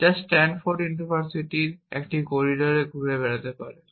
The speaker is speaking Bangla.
যা স্ট্যান্ড ফোর্ড ইউনিভার্সিটির একটি করিডোরে ঘুরে বেড়াতে পারে